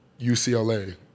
UCLA